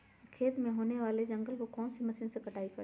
खेत में होने वाले जंगल को कौन से मशीन से कटाई करें?